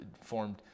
formed